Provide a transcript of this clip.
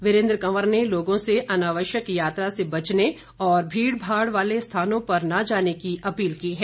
वीरेंद्र कंवर ने लोगों से अनावश्यक यात्रा से बचने और भीड भाड़ वाले स्थानों पर न जाने की अपील की है